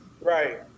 Right